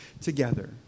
together